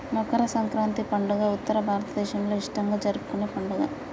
మకర సంక్రాతి పండుగ ఉత్తర భారతదేసంలో ఇష్టంగా జరుపుకునే పండుగ